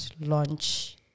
launch